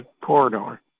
Corridor